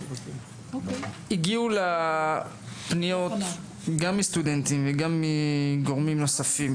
הגיעו אלי פניות מסטודנטים וגם מגורמים נוספים.